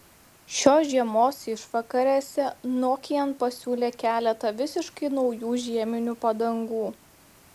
šios žiemos išvakarėse nokian pasiūlė keletą visiškai naujų žieminių padangų